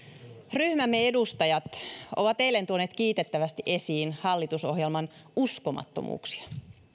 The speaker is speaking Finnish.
ryhmämme edustajat ovat eilen tuoneet kiitettävästi esiin hallitusohjelman uskomattomuuksia